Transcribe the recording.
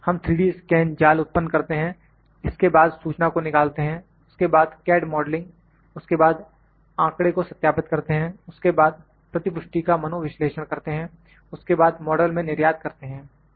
हम 3D scan जाल उत्पन्न करते हैं इसके बाद सूचना को निकालते हैं उसके बाद कैड मॉडलिंग उसके बाद आंकड़े को सत्यापित करते हैं उसके बाद प्रति पुष्टि का मनोविश्लेषण करते हैं उसके बाद मॉडल में निर्यात करते हैं